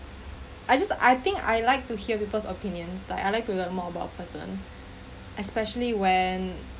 I just I think I'd like to hear people's opinions like I like to learn more about a person especially when